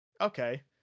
okay